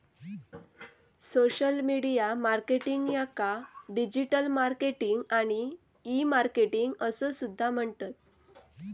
social media marketing याका digital marketing आणि e marketing असो सुद्धा म्हणतत